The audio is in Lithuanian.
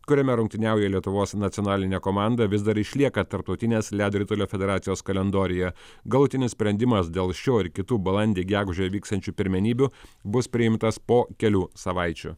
kuriame rungtyniauja lietuvos nacionalinė komanda vis dar išlieka tarptautinės ledo ritulio federacijos kalendoriuje galutinis sprendimas dėl šio ir kitų balandį gegužę vyksiančių pirmenybių bus priimtas po kelių savaičių